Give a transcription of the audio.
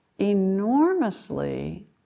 enormously